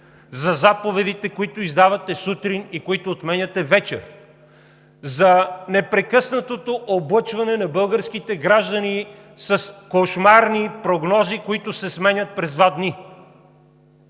за заповедите, които издавате сутрин и които отменяте вечер; за непрекъснатото облъчване на българските граждани с кошмарни прогнози, които се сменят през два дни;